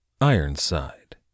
ironside